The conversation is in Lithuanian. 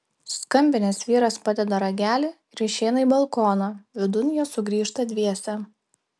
skambinęs vyras padeda ragelį ir išeina į balkoną vidun jie sugrįžta dviese